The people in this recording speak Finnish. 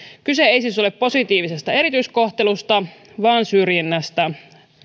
kyse ei siis ole positiivisesta erityiskohtelusta vaan syrjinnästä